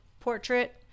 portrait